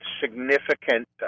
significant